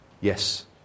yes